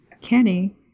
Kenny